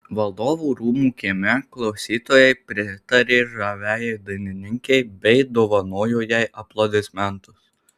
valdovų rūmų kieme klausytojai pritarė žaviajai dainininkei bei dovanojo jai aplodismentus